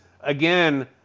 again